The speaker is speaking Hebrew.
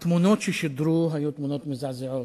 התמונות ששודרו היו תמונות מזעזעות,